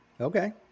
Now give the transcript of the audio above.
okay